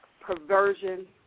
perversion